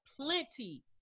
plenty